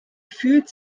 fühlt